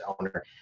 owner